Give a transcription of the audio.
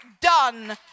done